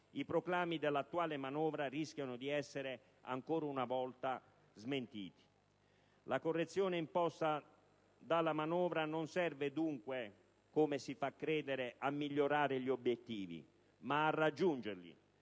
i proclami dell'attuale manovra rischiano di essere ancora una volta smentiti. La correzione imposta dalla manovra non serve, dunque, come si fa credere, a migliorare gli obiettivi, ma a raggiungerli.